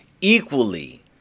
equally